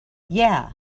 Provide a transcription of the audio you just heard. yeah